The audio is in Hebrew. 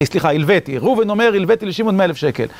סליחה, הלוותי, ראובן אומר הלוותי לשמעון מאה אלף שקל.